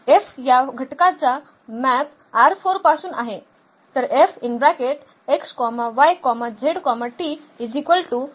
F या घटकाचा map पासून आहे